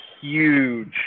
huge